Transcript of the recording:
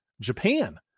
Japan